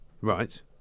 Right